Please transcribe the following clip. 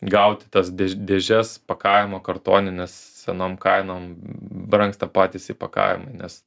gauti tas dėžes pakavimo kartonines senom kainom brangsta patys įpakavimai nes